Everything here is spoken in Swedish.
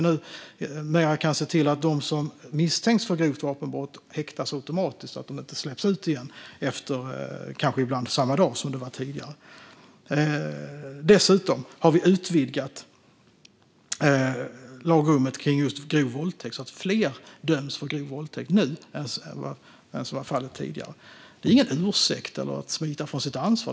Därmed kan de som misstänks för grovt vapenbrott häktas automatiskt och inte släppas ut igen - ibland samma dag, som det var tidigare. Dessutom har regeringen utvidgat lagrummet för grov våldtäkt, så att fler döms för grov våldtäkt nu än tidigare. Det är ingen ursäkt eller att smita från sitt ansvar.